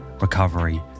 recovery